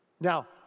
Now